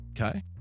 Okay